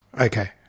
Okay